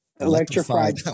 Electrified